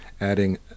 adding